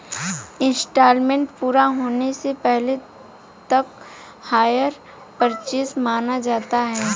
instalment पूरा होने से पहले तक हायर परचेस माना जाता है